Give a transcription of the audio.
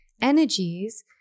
energies